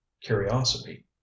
curiosity